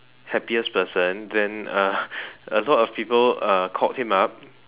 happiest person then uh a lot of people uh called him up